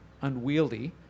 unwieldy